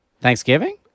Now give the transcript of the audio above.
Thanksgiving